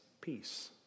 peace